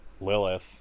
Lilith